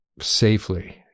safely